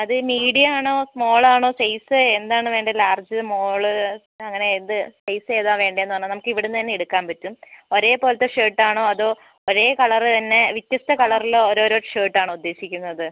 അത് മീഡിയം ആണോ സ്മോൾ ആണോ സൈസ് എന്താണ് വേണ്ടത് ലാർജ് സ്മോള് അങ്ങനെ ഏത് സൈസ് ഏതാണ് വേണ്ടതെന്ന് പറഞ്ഞാൽ നമുക്ക് ഇവിടുന്ന് തന്നെ എടുക്കാൻ പറ്റും ഒരേ പോലത്തെ ഷേർട്ട് ആണോ അതോ ഒരേ കളറ് തന്നെ വ്യത്യസ്ഥ കളറിൽ ഓരോരോ ഷേർട്ട് ആണോ ഉദ്ദേശിക്കുന്നത്